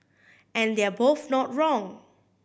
and they're both not wrong